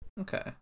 okay